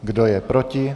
Kdo je proti?